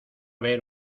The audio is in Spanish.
ver